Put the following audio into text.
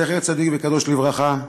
זכר צדיק וקדוש לברכה,